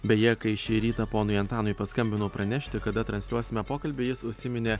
beje kai šį rytą ponui antanui paskambino pranešti kada transliuosime pokalbį jis užsiminė